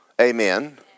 Amen